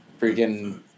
freaking